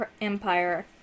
Empire